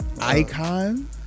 Icon